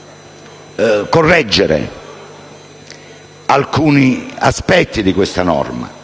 si possano correggere alcuni aspetti di questa norma.